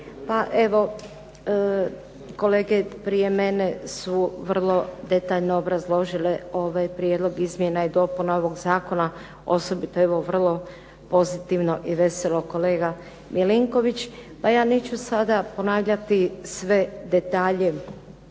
Pa evo kolega prije mene su vrlo detaljno obrazložile ovaj prijedlog izmjena i dopuna ovog zakona. Osobito evo vrlo pozitivno i veselo kolega Milinković. Pa ja neću sada ponavljati sve detalje